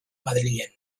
madrilen